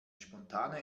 spontane